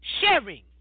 sharing